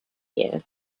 year